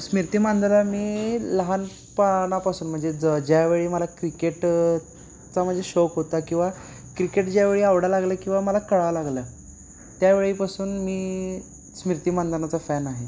स्मृती मानधनाला मी लहानपणापासून म्हणजे ज ज्यावेळी मला क्रिकेटचा म्हणजे शौक होता किंवा क्रिकेट ज्यावेळी आवडायला लागलं किंवा मला कळायला लागलं त्यावेळीपासून मी स्मृती मानधनाचा फॅन आहे